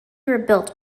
rebuilt